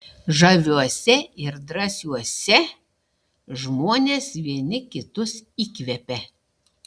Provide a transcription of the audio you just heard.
žaviuose ir drąsiuose žmonės vieni kitus įkvepia